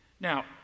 Now